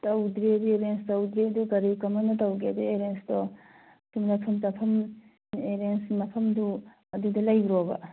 ꯇꯧꯗ꯭ꯔꯤ ꯑꯦꯔꯦꯟꯖ ꯇꯧꯗ꯭ꯔꯤꯗꯣ ꯀꯔꯤ ꯀꯃꯥꯏꯅ ꯇꯧꯒꯦꯗꯣ ꯑꯦꯔꯦꯟꯖꯇꯣ ꯆꯨꯝꯅꯁꯨꯝ ꯆꯥꯐꯝ ꯑꯦꯔꯦꯟꯖ ꯃꯐꯝꯗꯨ ꯑꯗꯨꯗ ꯂꯩꯕ꯭ꯔꯣꯕ